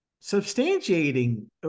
substantiating